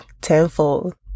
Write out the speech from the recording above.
tenfold